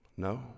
no